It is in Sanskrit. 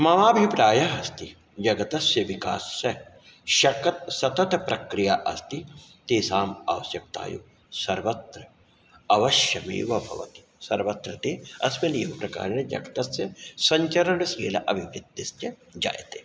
ममाभिप्रायः अस्ति जगतस्य विकास शकत् सतत प्रक्रिया अस्ति तेषां आवश्यक्ता एव् सर्वत्र अवश्यमेव भवति सर्वत्र ते अस्मिन् यग प्रकारेण जगतस्य सञ्चरणशील अबिविद्यस्य जायते